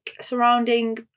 surrounding